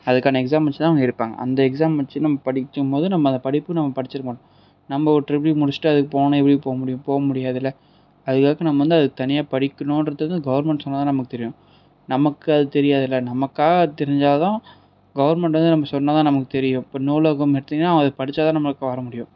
அதுக்கான எக்ஸாம் வச்சி தான் அவங்க எடுப்பாங்க அந்த எக்ஸாம் வச்சி நம்ம படிக்கும்போது நம்ம அந்த படிப்பு நம்ம படிச்சிருக்க மாட்டோம் நம்ப ஒரு ட்ரிபிள் ஈ முடிச்சிவிட்டு அதுக்கு போனால் எப்படி போக முடியும் போக முடியாதுல்ல அதுக்காக நம்ம வந்து அதுக்கு தனியாக படிக்கணும்றதுக்கு கவர்மெண்ட் சொன்னால் தான் நமக்கு தெரியும் நமக்கு அது தெரியாதுல்ல நமக்காக அது தெரிஞ்சால் தான் கவர்மெண்ட் வந்து நமக்கு சொன்னால் தான் நமக்கு தெரியும் இப்போ நூலகம் எடுத்தீங்கனா அது படிச்சால் தான் நம்மளுக்கு வர முடியும்